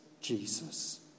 Jesus